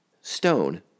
stone